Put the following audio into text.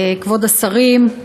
כבוד השרים,